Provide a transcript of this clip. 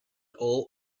all